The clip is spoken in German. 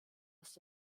ist